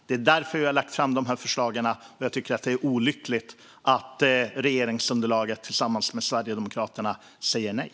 Det är därför vi har lagt fram de här förslagen. Jag tycker att det är olyckligt att regeringsunderlaget tillsammans med Sverigedemokraterna säger nej.